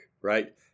right